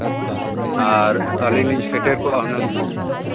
ᱟᱨ ᱟᱹᱞᱤᱧ ᱞᱤᱧ ᱥᱮᱴᱮᱨ ᱠᱚᱜᱼᱟ ᱦᱩᱱᱟᱹᱝ